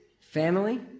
Family